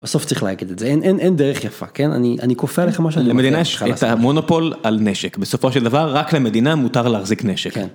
בסוף צריך להגיד את זה אין אין אין דרך יפה, כן, אני אני כופה עליך משהו. למדינה יש את המונופול על נשק, בסופו של דבר רק למדינה מותר להחזיק נשק.